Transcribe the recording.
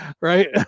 right